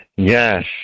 Yes